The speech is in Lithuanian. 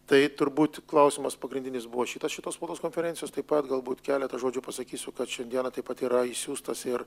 tai turbūt klausimas pagrindinis buvo šitas šitos spaudos konferencijos taip pat galbūt keletą žodžių pasakysiu kad šiandieną taip pat yra išsiųstas ir